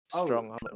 strong